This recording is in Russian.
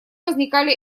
возникали